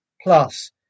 Plus